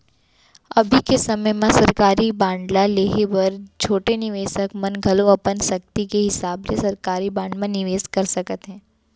अभी के समे म सरकारी बांड ल लेहे बर छोटे निवेसक मन घलौ अपन सक्ति के हिसाब ले सरकारी बांड म निवेस कर सकत हें